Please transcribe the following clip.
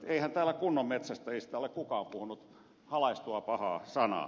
eihän täällä kunnon metsästäjistä ole kukaan puhunut halaistua pahaa sanaa